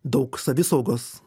daug savisaugos